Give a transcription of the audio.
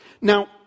Now